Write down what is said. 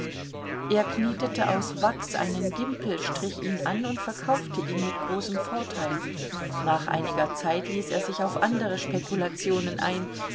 er knetete aus wachs einen gimpel strich ihn an und verkaufte ihn mit großem vorteil nach einiger zeit ließ er sich auf andere spekulationen ein